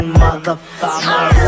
motherfucker